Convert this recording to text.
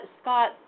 Scott